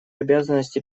обязанности